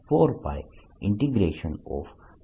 જે 04πJr